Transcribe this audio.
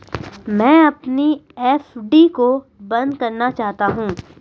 मैं अपनी एफ.डी को बंद करना चाहता हूँ